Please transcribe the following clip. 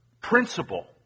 principle